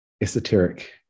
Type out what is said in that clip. esoteric